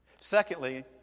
Secondly